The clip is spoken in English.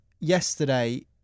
yesterday